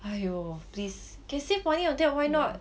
!haiyo! please can save money like that why not